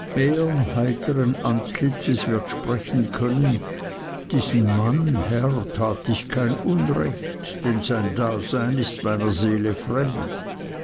antlitzes wird sprechen können diesem mann herr tat ich kein unrecht denn sein dasein ist meiner seele fremd